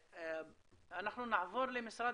אנחנו נעבור למשרד